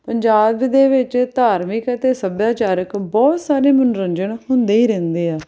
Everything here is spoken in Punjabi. ਪੰਜਾਬ ਦੇ ਵਿੱਚ ਧਾਰਮਿਕ ਅਤੇ ਸੱਭਿਆਚਾਰਕ ਬਹੁਤ ਸਾਰੇ ਮਨੋਰੰਜਨ ਹੁੰਦੇ ਹੀ ਰਹਿੰਦੇ ਆ